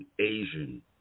Asian